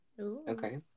Okay